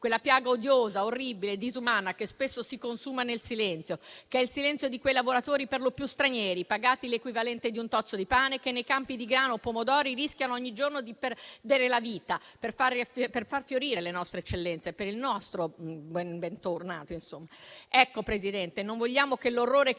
quella piaga odiosa, orribile e disumana che spesso si consuma nel silenzio, che è il silenzio di quei lavoratori, per lo più stranieri, pagati l'equivalente di un tozzo di pane che, nei campi di grano e pomodori, rischiano ogni giorno di perdere la vita per far fiorire le nostre eccellenze. Signor Presidente, vogliamo che l'orrore che